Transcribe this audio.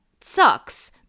sucks